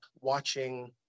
watching